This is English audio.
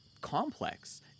complex